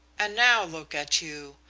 and now look at you.